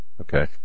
Okay